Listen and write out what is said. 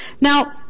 Now